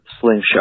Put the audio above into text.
slingshot